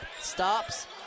stops